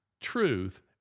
truth